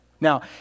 Now